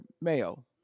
Mayo